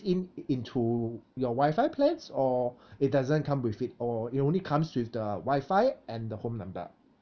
in into your WI-FI plans or it doesn't come with it or it only comes with the WI-FI and the home number